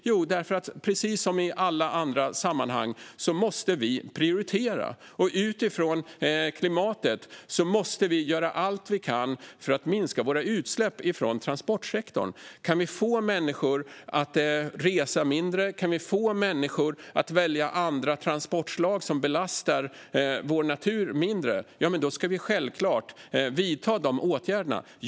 Jo, därför att precis som i alla andra sammanhang måste vi prioritera, och utifrån klimatet måste vi göra allt vi kan för att minska våra utsläpp från transportsektorn. Kan vi få människor att resa mindre och välja andra transportslag som belastar vår natur mindre ska vi självklart vidta de åtgärderna.